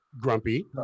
grumpy